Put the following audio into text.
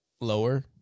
lower